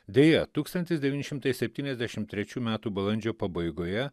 deja tūkstantis devyni šimtai septyniasdešim trečių metų balandžio pabaigoje